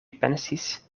pensis